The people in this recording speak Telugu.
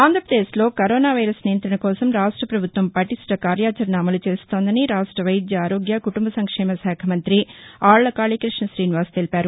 ఆంధ్రప్రదేశ్ లో కరోనా వైరస్ నియంత్రణ కోసం రాష్ట ప్రభుత్వం పటిష్ట కార్యాచరణ అమలు చేస్తోందని రాష్ట వైద్య ఆరోగ్య కుటుంబ సంక్షేమ శాఖ మంతి ఆళ్ల కాళీకృష్ణ ఠీనివాస్ తెలిపారు